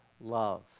love